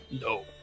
No